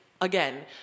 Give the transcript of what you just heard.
Again